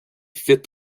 firth